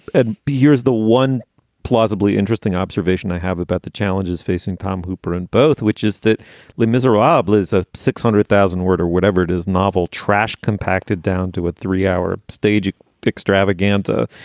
and b, here's the one plausibly interesting observation i have about the challenges facing tom hooper and both, which is that les miserables is a six hundred thousand word or whatever it is, novel trash compacted down to a three hour stage extravaganza.